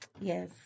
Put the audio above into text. Yes